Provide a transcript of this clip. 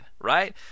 right